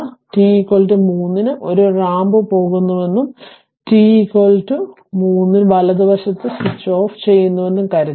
T 3 ന് അത് ഒരു റാമ്പിൽ പോകുന്നുവെന്നും t 3 ന് വലതുവശത്ത് സ്വിച്ച് ഓഫ് ചെയ്യുന്നുവെന്നും കരുതുക